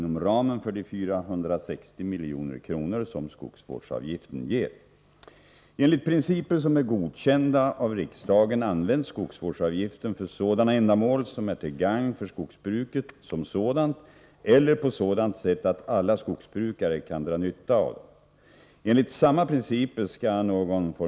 Däremot har en 60-procentig höjning av skogsvårdsavgiften drivits igenom, så att man kan beräkna att ca 460 milj.kr. inflyter till statskassan.